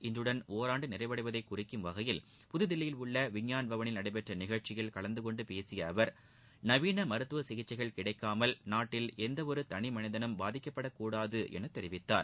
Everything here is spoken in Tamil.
இன்றுடன் ஒரான்டு நிறைவடைவதை குறிக்கும் வகையில் புதுதில்லியில் உள்ள விஞ்ஞான் பவனில் நடைபெற்ற நிகழ்ச்சியில் கலந்து கொண்டு பேசிய அவர் நவீன மருத்துவ சிகிச்சைகள் கிடைக்காமல் நாட்டில் எந்தவொரு தனி மனிதனும் பாதிக்கப்படக் கூடாது என தெரிவித்தார்